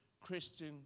Christian